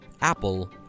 Apple